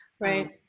right